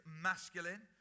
masculine